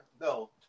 No